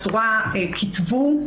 הצורה "כתבו",